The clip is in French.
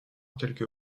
quelques